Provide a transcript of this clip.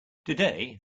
today